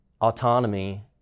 autonomy